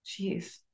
Jeez